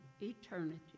eternity